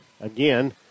again